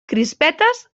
crispetes